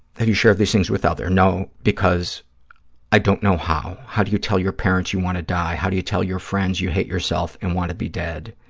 have you shared these things with others? no, because i don't know how. how do you tell your parents you want to die? how do you tell your friends you hate yourself and want to be dead?